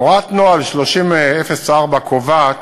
הוראת נוהל 30/04 קובעת